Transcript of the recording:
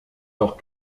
leurs